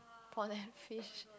prawn and fish